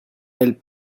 elles